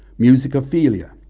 musicophilia,